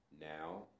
now